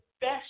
best